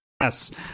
Yes